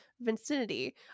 vicinity